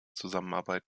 zusammenarbeit